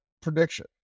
prediction